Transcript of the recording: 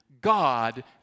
God